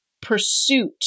pursuit